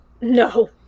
No